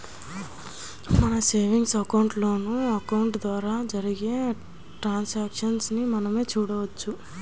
మన savings account, loan అకౌంట్ల ద్వారా జరిపే ట్రాన్సాక్షన్స్ ని మనమే చూడొచ్చు